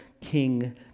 king